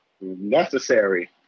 necessary